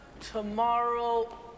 Tomorrow